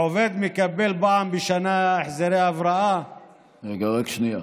עובד מקבל פעם בשנה החזרי הבראה, רגע, רק שנייה.